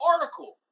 article